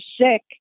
sick